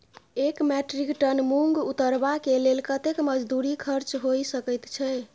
एक metric ton मूंग उतरबा के लेल कतेक मजदूरी खर्च होय सकेत छै?